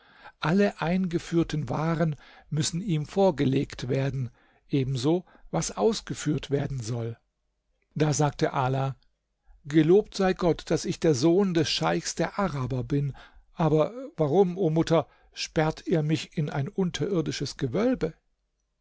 alle eingeführten waren müssen ihm vorgelegt werden ebenso was ausgeführt werden soll da sagte ala gelobt sei gott daß ich der sohn des scheichs der araber bin aber warum o mutter sperrt ihr mich in ein unterirdisches gewölbe